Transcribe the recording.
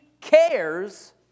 cares